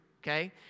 okay